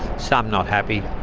some not happy.